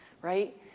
right